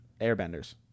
airbenders